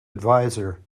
advisor